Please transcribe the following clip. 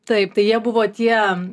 taip tai jie buvo tie